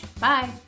Bye